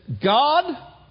God